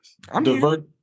divert